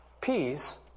Peace